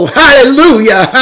hallelujah